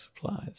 supplies